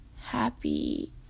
happy